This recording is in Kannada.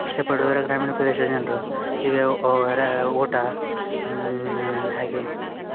ಇಷ್ಟಪಡೋರು ಗ್ರಾಮೀಣ ಪ್ರದೇಶ ಜನರು ಈಗ ಓಟ ಹಾಗೆ ಹಾ